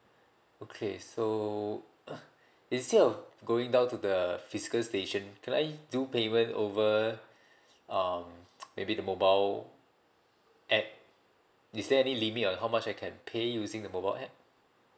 okay so instead of going down to the physical station can I do payment over um maybe the mobile app is there any limit on how much I can pay using the mobile app